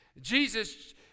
Jesus